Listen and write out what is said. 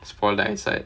spoil their eyesight